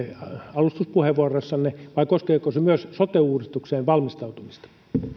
alustuspuheenvuorossanne vai koskeeko se myös sote uudistukseen valmistautumista